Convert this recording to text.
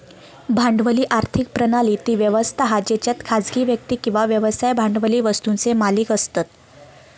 भांडवली आर्थिक प्रणाली ती व्यवस्था हा जेच्यात खासगी व्यक्ती किंवा व्यवसाय भांडवली वस्तुंचे मालिक असतत